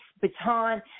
baton